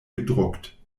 gedruckt